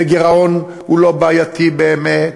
והגירעון הוא לא בעייתי באמת,